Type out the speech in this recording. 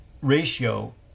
ratio